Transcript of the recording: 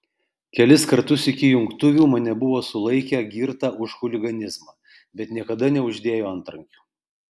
kelis kartus iki jungtuvių mane buvo sulaikę girtą už chuliganizmą bet niekada neuždėjo antrankių